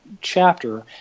chapter